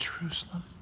Jerusalem